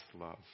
love